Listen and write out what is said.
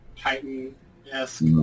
titan-esque